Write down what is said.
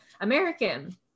American